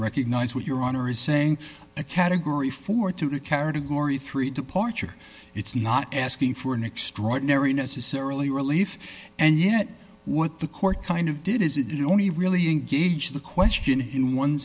recognize what your honor is saying a category four to a carrot a gory three departure it's not asking for an extraordinary necessarily relief and yet what the court kind of did is it only really engage the question in one